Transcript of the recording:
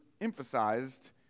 emphasized